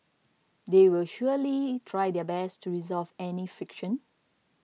they will surely try their best to resolve any friction